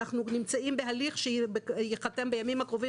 אנחנו נמצאים בהליך שייחתם בימים הקרובים